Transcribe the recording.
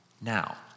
now